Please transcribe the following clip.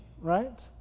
right